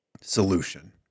Solution